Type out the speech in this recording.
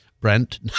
Brent